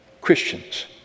Christians